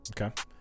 Okay